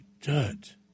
dirt